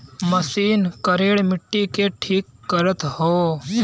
machine करेड़ मट्टी के ठीक करत हौ